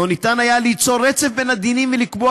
לא היה אפשר ליצור רצף בין הדינים ולקבוע